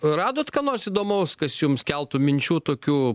radot ką nors įdomaus kas jums keltų minčių tokių